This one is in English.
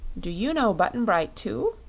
do you know button-bright, too?